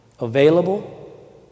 Available